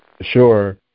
Sure